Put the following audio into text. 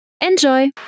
enjoy